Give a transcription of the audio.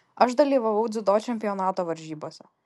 aš dalyvavau dziudo čempionato varžybose